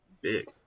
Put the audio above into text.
big